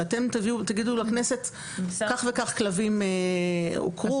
שאתם תגידו לכנסת כך וכך כלבים עוקרו.